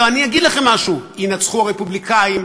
ואני אגיד לכם משהו: ינצחו הרפובליקאים,